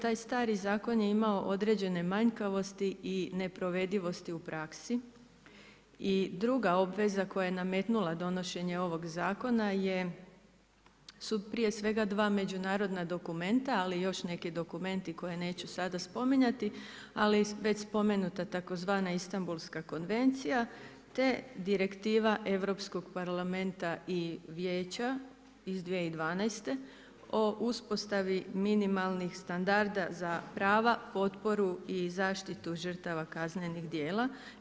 Taj stari zakon je imao određene manjkavosti i neprovedivosti u praksi i druga obveza koja je nametnula donošenje ovog zakona je, su prije svega 2 međunarodna dokumenta, ali i još neki dokumenti koje neću sada spominjati, ali već spomenuta tzv. Istambulska konvencija, te direktiva Europskog parlamenta i Vijeća iz 2012. o uspostavi minimalnih standarda za prava, potporu i zaštitu žrtava kaznenih dijela.